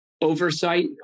oversight